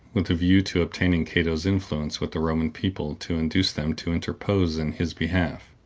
with a view to obtaining cato's influence with the roman people to induce them to interpose in his behalf.